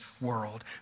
world